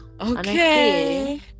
Okay